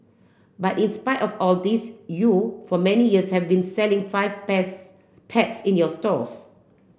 but in spite of all this you for many years have been selling five pets pets in your stores